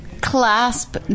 Clasp